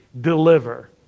deliver